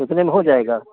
इतने में हो जाएगा